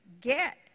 Get